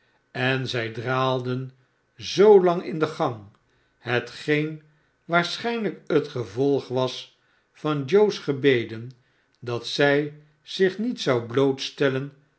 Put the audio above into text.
en zij draalden zoolang in de gang hetgeen waarschijnlijk het gevolg was van joe's gebeden dat zij zich niet zou